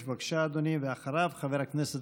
וזה מה שהם עשו.